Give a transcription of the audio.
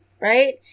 right